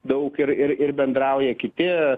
daug ir ir ir bendrauja kiti